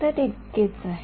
तर इतकेच आहे